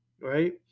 right